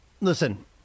Listen